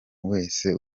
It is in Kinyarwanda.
wese